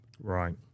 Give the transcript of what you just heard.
Right